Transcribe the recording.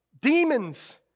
demons